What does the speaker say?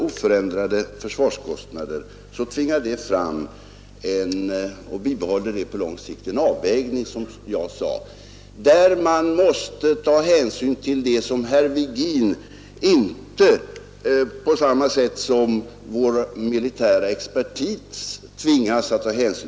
Oförändrade försvarskostnader på lång sikt framtvingar emellertid, som jag nämnde, att vi får göra nya avvägningar, som herr Virgin inte tog hänsyn till i sitt anförande.